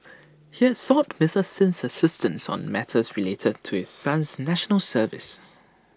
he had sought Mister Sin's assistance on matters related to his son's National Service